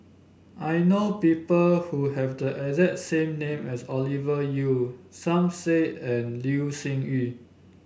I know people who have the exact same name as Ovidia Yu Som Said and Loh Sin Yun